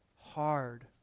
hard